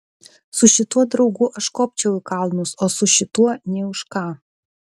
su šituo draugu aš kopčiau į kalnus o su šituo nė už ką